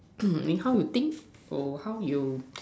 eh how you think oh how you